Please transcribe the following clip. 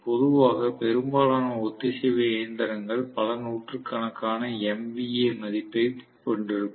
பொதுவாக பெரும்பாலான ஒத்திசைவு இயந்திரங்கள் பல நூற்றுக்கணக்கான MVA மதிப்பீட்டைப் கொண்டிருக்கும்